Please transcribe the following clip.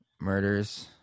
Murders